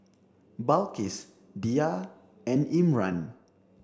Balqis Dhia and Imran